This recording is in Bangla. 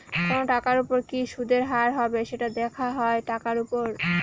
কোনো টাকার উপর কি সুদের হার হবে, সেটা দেখা হয় টাকার উপর